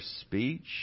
speech